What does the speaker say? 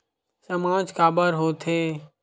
सामाज काबर हो थे?